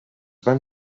van